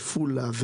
עפולה,